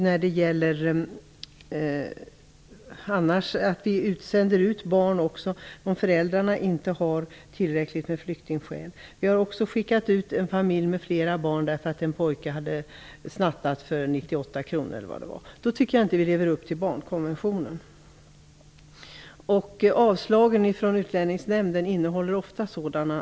Vi sänder också ut barn om föräldrarna inte har tillräckliga flyktingskäl. Vi har också skickat ut en familj med flera barn därför att en pojke hade snattat för 98 kr, eller vad det var. Då tycker jag inte att vi lever upp till barnkonventionen. Avslagen från Utlänningsnämnden innehåller ofta sådana fall.